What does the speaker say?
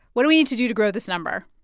what do we need to do to grow this number?